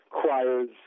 choirs